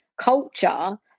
culture